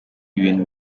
ibintu